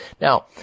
Now